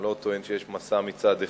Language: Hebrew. אני לא טוען שיש מסע מצד אחד.